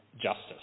justice